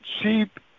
sheep